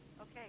Okay